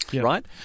right